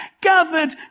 gathered